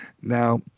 Now